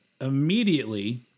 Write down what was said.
immediately